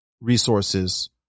resources